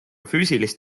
füüsilist